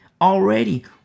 already